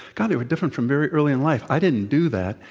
god, they were different from very early in life. i didn't do that.